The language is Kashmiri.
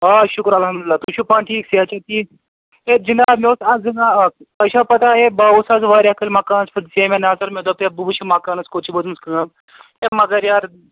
آ شُکر الحمدُ اللہ تُہۍ چھُو پانہٕ ٹھیٖک صحت چھُو ٹھیٖک ہَے جِناب مےٚ اوس عرضہٕ ہَنا اَکھ تۅہہِ چھا پَتاہ ہَے بہٕ آوُس اَز واریاہ کٲلۍ مکانَس پٮ۪ٹھ دِژے مےٚ نظر مےٚ دوٚپ ہَے بہٕ وُچھٕ مکانَس کوٚت چھِ وٲژمٕژ کٲم ہَے مگر یارٕ